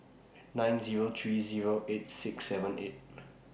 nine Zero three Zero eight six seven eight